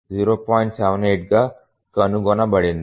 78 గా కనుగొనబడింది